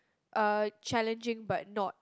uh challenging but not